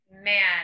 man